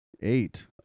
eight